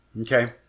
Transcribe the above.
Okay